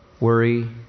worry